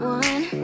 one